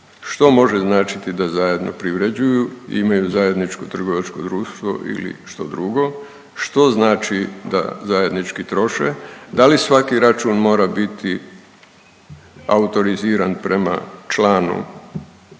što može značiti da zajedno privređuju, imaju zajedničko trgovačko društvo ili što drugo, što znači da zajednički troše? Da li svaki račun mora biti autoriziran prema članu